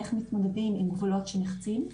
איך מתמודדים עם גבולות שנחצים.